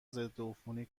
ضدعفونی